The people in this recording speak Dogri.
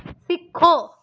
सिक्खो